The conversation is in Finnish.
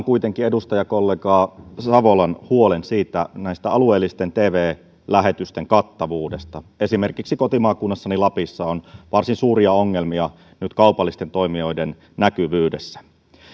kuitenkin edustajakollega savolan huolen alueellisten tv lähetysten kattavuudesta esimerkiksi kotimaakunnassani lapissa on varsin suuria ongelmia nyt kaupallisten toimijoiden näkyvyydessä